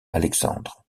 alexandre